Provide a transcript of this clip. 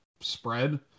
spread